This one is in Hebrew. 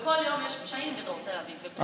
וכל יום יש פשעים בדרום תל אביב ובכלל.